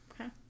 okay